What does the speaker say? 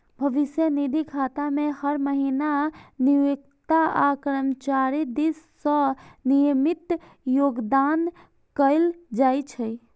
भविष्य निधि खाता मे हर महीना नियोक्ता आ कर्मचारी दिस सं नियमित योगदान कैल जाइ छै